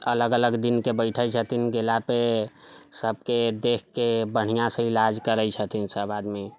अलग अलग दिनके बैठे छथिन जिलापे सभके देखके बढ़िऑं सँ इलाज करै छथिन सभ आदमी